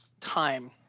time